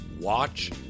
watch